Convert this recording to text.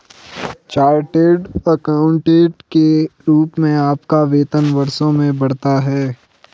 chartered accountant के रूप में आपका वेतन वर्षों में बढ़ता है